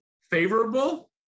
Favorable